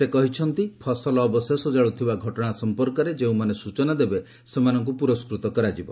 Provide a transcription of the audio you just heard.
ସେ କହିଛନ୍ତି ଫସଲ ମୂଳ କାଳୁଥିବା ଘଟଣା ସଫପର୍କରେ ଯେଉଁମାନେ ସୂଚନା ଦେବେ ସେମାନଙ୍କୁ ପୁରସ୍କୃତ କରାଯିବ